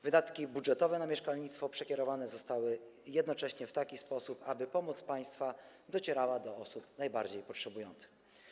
Wydatki budżetowe na mieszkalnictwo przekierowane zostały jednocześnie w taki sposób, aby pomóc państwa docierała do osób najbardziej potrzebujących.